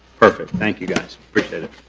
perfect, thank you guys. perfect,